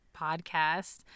podcast